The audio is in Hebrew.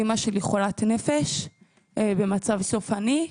אימא שלי חולת נפש במצב סופני.